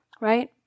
right